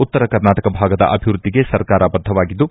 ಉತ್ತರ ಕರ್ನಾಟಕ ಭಾಗದ ಅಭಿವೃದ್ದಿಗೆ ಸರ್ಕಾರ ಬದ್ದವಾಗಿದ್ದು